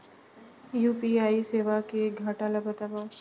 UPI सेवा के घाटा ल बतावव?